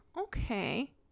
okay